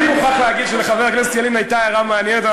אני מוכרח להגיד שלחבר הכנסת ילין הייתה הערה מעניינת אבל